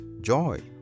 joy